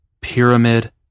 pyramid